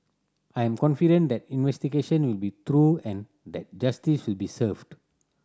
I am confident that the investigation will be thorough and that justice will be served